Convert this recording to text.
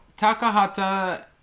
Takahata